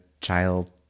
child